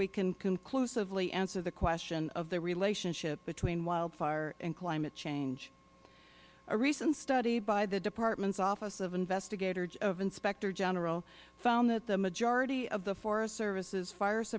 we can conclusively answer the question of the relationship between wildfire and climate change a recent study by the department's office of inspector general found that the majority of the forest service's fire